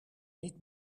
niet